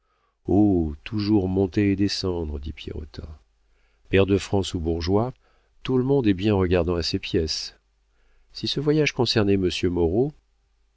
toujours monter et descendre dit pierrotin pair de france ou bourgeois tout le monde est bien regardant à ses pièces si ce voyage concernait monsieur moreau